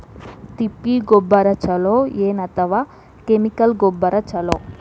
ತಿಪ್ಪಿ ಗೊಬ್ಬರ ಛಲೋ ಏನ್ ಅಥವಾ ಕೆಮಿಕಲ್ ಗೊಬ್ಬರ ಛಲೋ?